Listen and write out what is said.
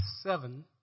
Seven